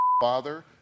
father